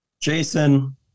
Jason